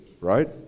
Right